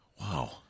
Wow